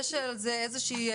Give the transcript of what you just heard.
יש על זה איזו שהיא